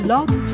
Love